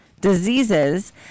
Diseases